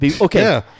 Okay